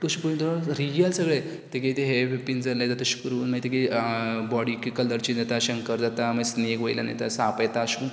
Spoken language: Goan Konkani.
तशें पयत तर रियल सगळें तेगे तें हे पिंजर लायता तशें करून मागीर तेगे बाॅडीक कलर चेन्ज जाता शंकर जाता मागीर स्नेक वयल्यान येता साप येता अशें कोरून